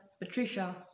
Patricia